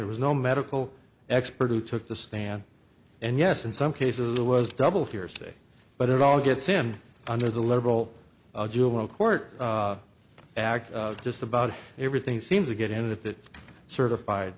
there was no medical expert who took the stand and yes in some cases the was double hearsay but it all gets in under the liberal juvenile court act just about everything seems to get in if it's certified